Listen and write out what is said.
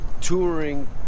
touring